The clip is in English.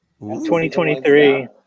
2023